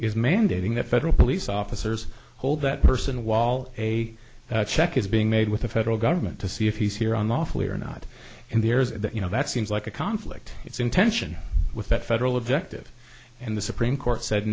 is mandating that federal police officers hold that person wall a check is being made with the federal government to see if he's here on lawfully or not and there's you know that seems like a conflict it's in tension with that federal objective and the supreme court said